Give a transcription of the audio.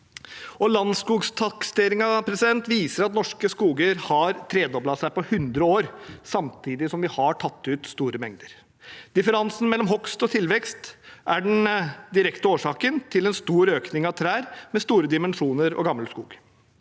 Landsskogtakseringen viser at norske skoger har tredoblet seg på 100 år samtidig som vi har tatt ut store mengder. Differansen mellom hogst og tilvekst er den direkte årsaken til en stor økning av trær med store dimensjoner og gammel skog.